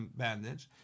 bandage